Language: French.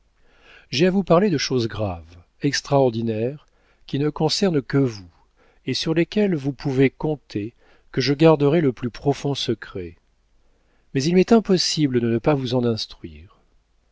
j'ai à vous parler de choses graves extraordinaires qui ne concernent que vous et sur lesquelles vous pouvez compter que je garderai le plus profond secret mais il m'est impossible de ne pas vous en instruire